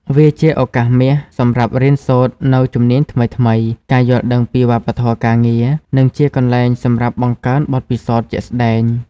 វាជា ឱកាសមាសសម្រាប់រៀនសូត្រ នូវជំនាញថ្មីៗ ការយល់ដឹងពីវប្បធម៌ការងារ និងជាកន្លែងសម្រាប់ បង្កើនបទពិសោធន៍ជាក់ស្ដែង។